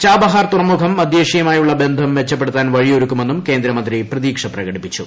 Chabahar തുറമുഖം മധ്യേഷ്യയുമായുള്ള ബന്ധം മെച്ചപ്പെടുത്താൻ വഴിയൊരുക്കുമെന്നും കേന്ദ്രമന്ത്രി പ്രതീക്ഷ പ്രകടിപ്പിച്ചു